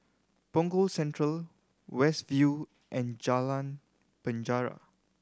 Punggol Central West View and Jalan Penjara